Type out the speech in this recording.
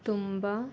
ತುಂಬ